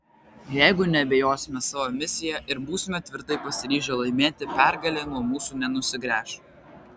jeigu neabejosime savo misija ir būsime tvirtai pasiryžę laimėti pergalė nuo mūsų nenusigręš